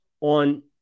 on